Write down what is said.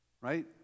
right